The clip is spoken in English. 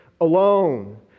alone